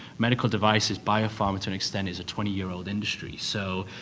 medical devices bio pharm to an extent is a twenty year old industry. so,